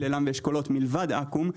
פיל-עילם ואשכולות מלבד אקו"ם.